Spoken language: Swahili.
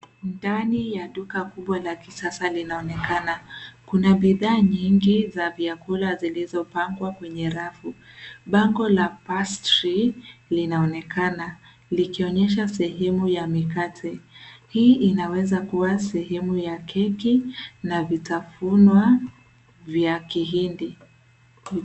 Ndani ya duka kubwa ya kisasa linaonekana. Kuna bidhaa nyingi za vyakula zilizopangwa kwenye rafu. Bango la pastry linaonekana, likionyesha sehemu ya mikate. Hii inaeza kuwa sehemu ya keki, na vitafunwa vya kihindi.